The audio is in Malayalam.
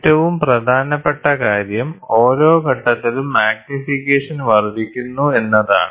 ഏറ്റവും പ്രധാനപ്പെട്ട കാര്യം ഓരോ ഘട്ടത്തിലും മാഗ്നിഫിക്കേഷൻ വർദ്ധിക്കുന്നു എന്നതാണ്